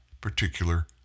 particular